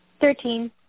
Thirteen